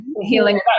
healing